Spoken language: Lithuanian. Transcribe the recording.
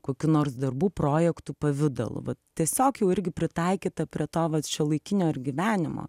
kokių nors darbų projektų pavidalu vat tiesiog jau irgi pritaikyta prie to vat šiuolaikinio gyvenimo